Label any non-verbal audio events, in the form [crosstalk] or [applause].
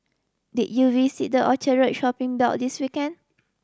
did you visit the Orchard Road shopping [unintelligible] this weekend